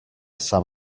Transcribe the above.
sam